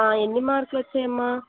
ఎన్ని మార్కులు వచ్చాయి అమ్మ